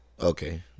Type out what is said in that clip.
Okay